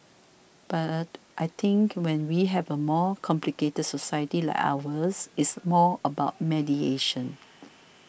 but I think when we have a more complicated society like ours it's more about mediation